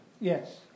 Yes